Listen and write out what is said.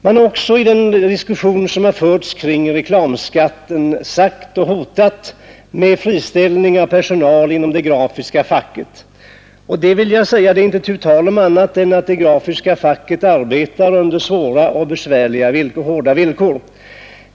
Man har också i den förda diskussionen kring reklamskatten hotat med friställning av personal inom det grafiska facket, och det är inte tu tal om att man inom det grafiska facket verkligen arbetar under hårda villkor.